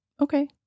Okay